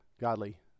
godly